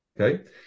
Okay